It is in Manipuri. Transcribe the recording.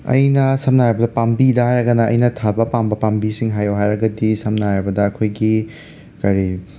ꯑꯩꯅ ꯁꯝꯅ ꯍꯥꯏꯔꯕꯗ ꯄꯥꯝꯕꯤꯗ ꯍꯥꯏꯔꯒꯅ ꯑꯩꯅ ꯊꯥꯕ ꯄꯥꯝꯕ ꯄꯥꯝꯕꯤꯁꯤꯡ ꯈꯥꯏꯌꯣ ꯍꯥꯏꯔꯒꯗꯤ ꯁꯝꯅ ꯍꯥꯏꯔꯕꯗ ꯑꯩꯈꯣꯏꯒꯤ ꯀꯔꯤ